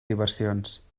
diversions